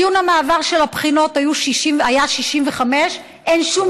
ציון המעבר של הבחינות היה 65. אין שום